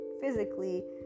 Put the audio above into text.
physically